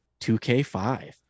2K5